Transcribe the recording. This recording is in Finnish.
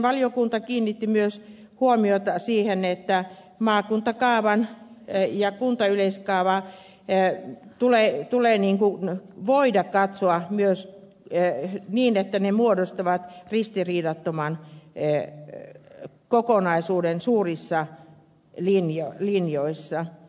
valiokunta kiinnitti myös huomiota siihen että maakuntakaavaa ja kuntayleiskaavaa tulee voida katsoa myös niin että ne muodostavat ristiriidattoman kokonaisuuden suurissa linjoissa